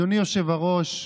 אדוני היושב-ראש,